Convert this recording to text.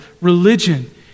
religion